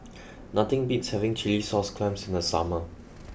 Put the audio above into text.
nothing beats having Chilli Sauce Clams in the summer